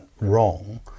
wrong